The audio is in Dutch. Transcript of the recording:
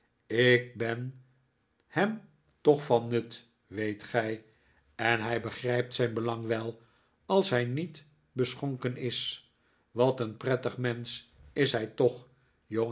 ik ben hem toch van nut weet gij en hij begrijpt zijn belang wel als hij niet beschonken is wat een prettig mensch is hij toch